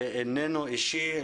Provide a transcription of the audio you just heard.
הוא איננו אישי.